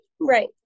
Right